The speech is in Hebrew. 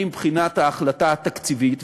אני מבחינת ההחלטה התקציבית,